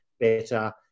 better